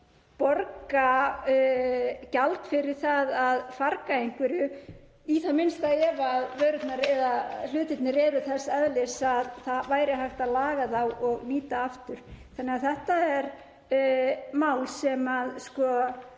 borga gjald fyrir það að farga einhverju, í það minnsta ef vörurnar eða hlutirnir eru þess eðlis að hægt væri að laga þá og nýta aftur. Þannig að þetta er mál sem er ekki